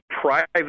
private